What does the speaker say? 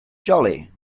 jolly